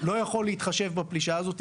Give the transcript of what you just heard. לא יכול להתחשב בפלישה הזאת,